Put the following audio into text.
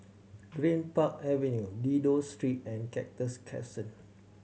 Greenpark Avenue Dido Street and Cactus Crescent